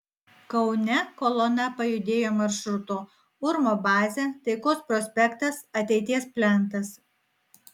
kaune kolona pajudėjo maršrutu urmo bazė taikos prospektas ateities plentas